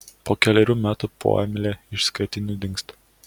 po kelerių metų poemėlė iš skaitinių dingsta